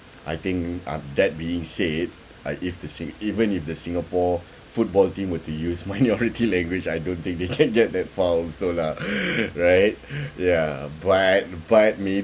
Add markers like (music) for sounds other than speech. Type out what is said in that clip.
I think uh that being said uh if the sing~ even if the singapore football team were to use minority language I don't think they can get (laughs) that far also lah (breath) right (breath) ya but but maybe